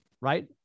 right